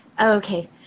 Okay